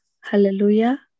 Hallelujah